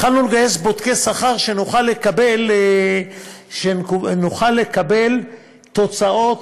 התחלנו לגייס בודקי שכר כדי שנוכל לקבל תוצאות